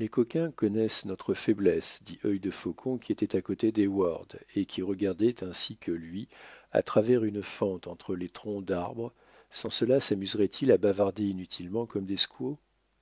les coquins connaissent notre faiblesse dit œil defaucon qui était à côté d'heyward et qui regardait ainsi que lui à travers une fente entre les troncs d'arbre sans cela samuseraient ils à bavarder inutilement comme des squaws